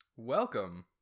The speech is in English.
Welcome